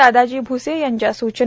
दादाजी भ्से यांच्या सुचना